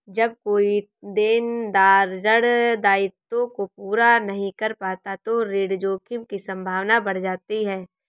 जब कोई देनदार ऋण दायित्वों को पूरा नहीं कर पाता तो ऋण जोखिम की संभावना बढ़ जाती है